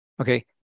okay